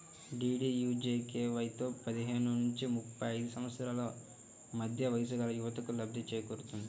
డీడీయూజీకేవైతో పదిహేను నుంచి ముప్పై ఐదు సంవత్సరాల మధ్య వయస్సుగల యువతకు లబ్ధి చేకూరుతుంది